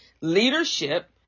leadership